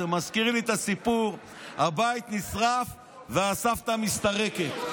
זה מזכיר לי את הסיפור, הבית נשרף והסבתא מסתרקת.